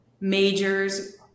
majors